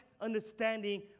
understanding